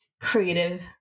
creative